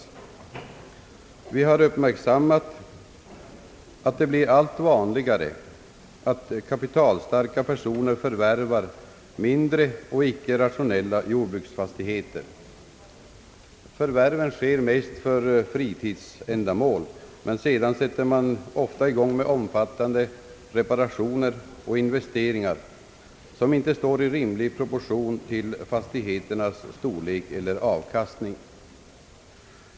Vi har nämligen uppmärksammat att det blir allt vanligare att kapitalstarka personer förvärvar mindre och icke rationella jordbruksfastigheter. Förvärven sker mest för fritidsändamål, men sedan sätter man i gång med omfattande reparationer och investeringar, som inte står i rimlig proportion till fastigheternas storlek eller avkastning.